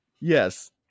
Yes